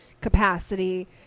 capacity